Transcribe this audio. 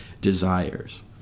desires